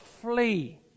flee